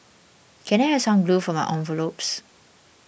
can I have some glue for my envelopes